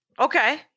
Okay